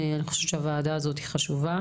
אני חושבת שהוועדה הזאת היא חשובה.